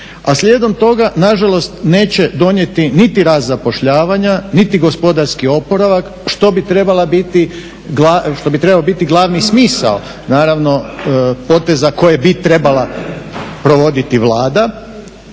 A slijedom toga, nažalost, neće donijeti niti rast zapošljavanja, niti gospodarski oporavak što bi trebao biti glavni smisao naravno poteza koje bi trebala provoditi Vlada